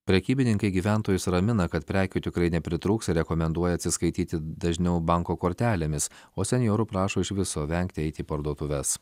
prekybininkai gyventojus ramina kad prekių tikrai nepritrūks ir rekomenduoja atsiskaityti dažniau banko kortelėmis o senjorų prašo iš viso vengti eiti į parduotuves